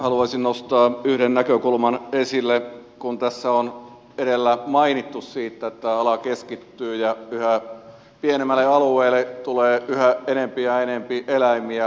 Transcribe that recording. haluaisin nostaa yhden näkökulman esille kun tässä on edellä mainittu siitä että ala keskittyy ja yhä pienemmälle alueelle tulee yhä enempi ja enempi eläimiä eläinmäärät kasvavat